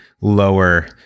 lower